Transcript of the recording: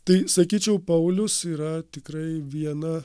tai sakyčiau paulius yra tikrai viena